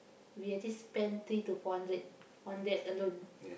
we actually spend three to four hundred on that alone